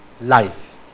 Life